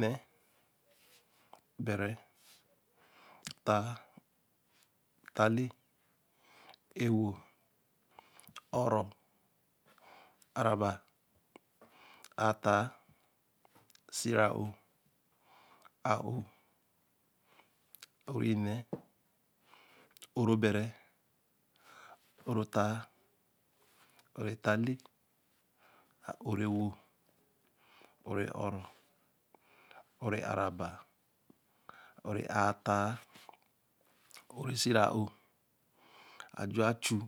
nn̄e, bere, ttaā, tta lēe, ē-wo, ō-rō, aā ra-ba, aā ttaā, sie ra-o, a-ō, ō re nn̄e ō ree bere, ōree ttāa, ō ree ttaā leē, a-ō ree ē-wo, ō ree. O-ro, ō re aā ra ba, ō reē aā ttaā, ō reē sie ra ō, ā ju ā chuu,